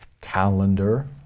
calendar